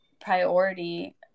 priority